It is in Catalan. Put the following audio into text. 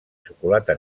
xocolata